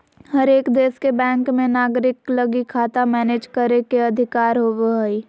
हरेक देश के बैंक मे नागरिक लगी खाता मैनेज करे के अधिकार होवो हय